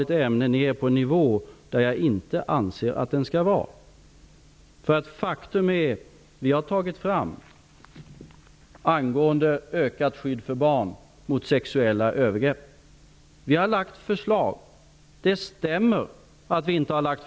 Jag erkänner gärna själv att jag inte visste att dessa vidrigheter var så vidriga som de var. Om någon annan visste det borde vederbörande ha slagit larm i denna kammare. Det gjorde ingen.''